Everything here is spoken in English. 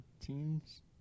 teams